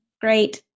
great